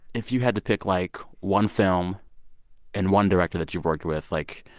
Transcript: if you had to pick, like, one film and one director that youve worked with, like,